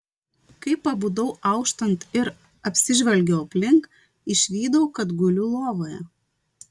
kai pabudau auštant ir apsižvalgiau aplink išvydau kad guliu lovoje